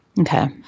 Okay